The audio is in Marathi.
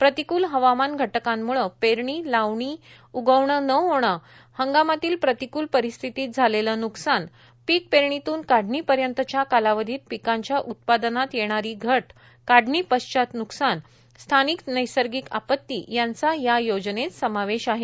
प्रतिक्ल हवामान घटकांमुळे पेरणी लावणी उगवण न होणे हंगामातील प्रतिक्ल परिस्थितीत झालेले न्कसान पिक पेरणीतून काढणी पर्यंतच्या कालावधीत पिकांच्या उत्पादनात येणारी घट काढणी पश्चात न्कसान स्थानिक नैसर्गिक आपती यांचा या योजनेत समावेश आहे